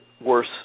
worse